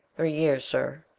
three years, sir.